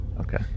Okay